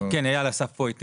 איל אסף פה איתי